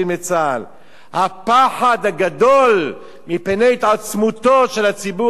הפחד הגדול מפני התעצמותו של הציבור הדתי והחרדי,